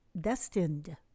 destined